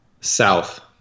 South